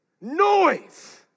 noise